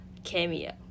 cameo